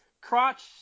Crotch